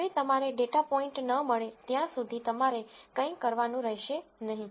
હવે તમારે data point ન મળે ત્યાં સુધી તમારે કંઇ કરવાનું રહેશે નહીં